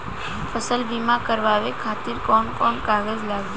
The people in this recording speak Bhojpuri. फसल बीमा करावे खातिर कवन कवन कागज लगी?